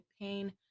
pain